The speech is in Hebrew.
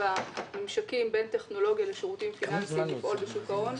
הממשקים בין טכנולוגיה לשירותים פיננסיים לפעול בשוק ההון.